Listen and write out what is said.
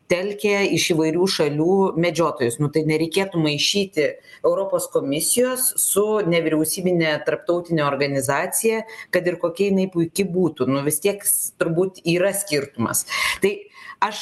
telkia iš įvairių šalių medžiotojus nu tai nereikėtų maišyti europos komisijos su nevyriausybine tarptautine organizacija kad ir kokia jinai puiki būtų nu vis tiek s turbūt yra skirtumas tai aš